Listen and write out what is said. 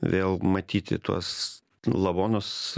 vėl matyti tuos lavonus